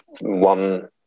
one